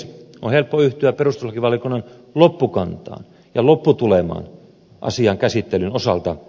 on helppo yhtyä perustuslakivaliokunnan loppukantaan ja lopputulemaan asian käsittelyn osalta